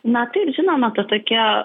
na taip žinoma ta tokia